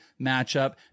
matchup